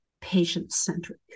patient-centric